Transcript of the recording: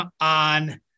on